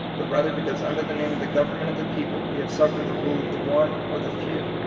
but rather because under the name of the government of the people we have suffered the rule of the one or the few.